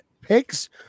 picks